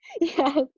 Yes